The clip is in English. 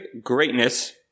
greatness